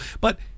But-